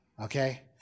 Okay